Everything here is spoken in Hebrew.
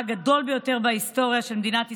הגדול ביותר בהיסטוריה של מדינת ישראל,